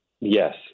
Yes